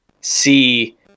see